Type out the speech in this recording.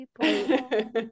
people